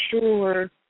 sure